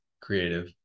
creative